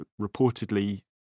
reportedly